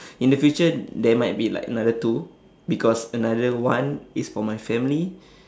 in the future there might be like another two because another one is for my family